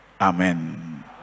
Amen